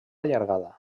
allargada